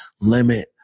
limit